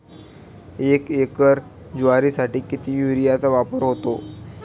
एक एकर ज्वारीसाठी किती युरियाचा वापर होतो?